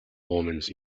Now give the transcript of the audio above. omens